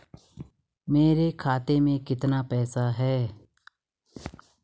मेरे खाते में कितना पैसा है?